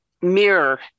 mirror